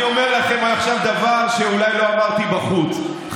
אני אומר לכם עכשיו דבר שאולי לא אמרתי בחוץ: